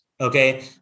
okay